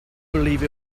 believe